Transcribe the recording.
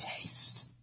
taste